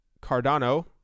Cardano